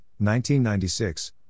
1996